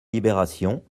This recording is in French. libération